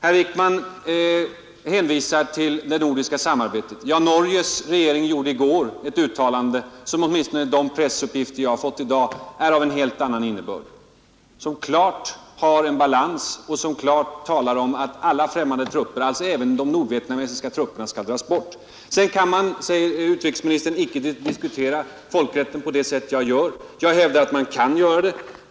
Herr Wickman hänvisar till det nordiska samarbetet. Ja, Norges regering gjorde i går ett uttalande som, åtminstone enligt de pressuppgifter jag fått i dag, är av helt annan innebörd. Det har balans och talar klart om att alla främmande trupper, alltså även de nordvietnamesiska, skall dras bort. Utrikesministern säger att man inte kan diskutera folkrätten på det sätt jag gör. Jag hävdar att man kan göra det.